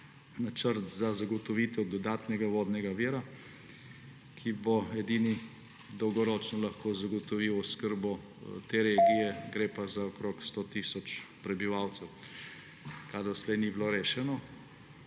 načrt za zagotovitev dodatnega vodnega vira, ki bo edini dolgoročno lahko zagotovil oskrbo te regije, gre pa za okrog 100 tisoč prebivalcev, kar doslej ni bilo rešeno.